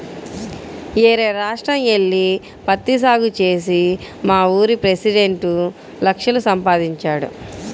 యేరే రాష్ట్రం యెల్లి పత్తి సాగు చేసి మావూరి పెసిడెంట్ లక్షలు సంపాదించాడు